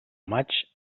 maig